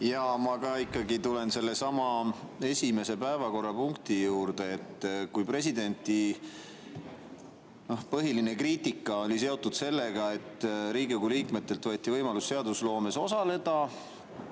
tulen ka ikkagi sellesama esimese päevakorrapunkti juurde. Presidendi põhiline kriitika oli seotud sellega, et Riigikogu liikmetelt võeti võimalus seadusloomes osaleda.